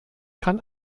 kann